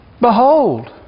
behold